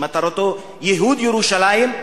שמטרתו ייהוד ירושלים,